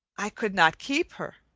i could not keep her.